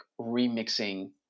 remixing